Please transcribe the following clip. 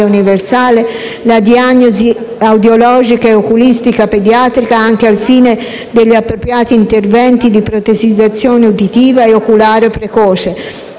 universale, la diagnosi audiologica e oculistica pediatrica anche al fine degli appropriati interventi di protesizzazione uditiva e oculare precoce,